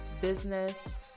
business